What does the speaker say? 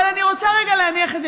אבל אני רוצה רגע להניח את זה,